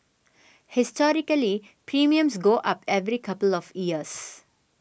historically premiums go up every couple of years